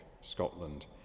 Scotland